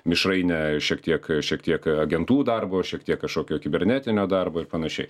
mišrainė šiek tiek šiek tiek agentų darbo šiek tiek kažkokio kibernetinio darbo ir panašiai